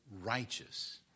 righteous